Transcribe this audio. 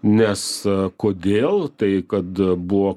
nes kodėl tai kad buvo